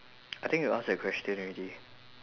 I think you ask that question already